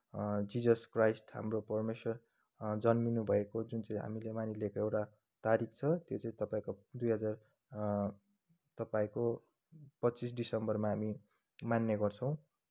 Jesus Christ हाम्रो परमेश्वर जन्मिनु भएको जुन चाहिँ हामीले मानिलिएको एउटा तारिक छ त्यो चाहिँ तपाईँको दुई हजार तपाईँको पच्चिस डिसेम्बरमा हामी मान्ने गर्छौँ